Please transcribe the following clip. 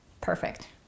perfect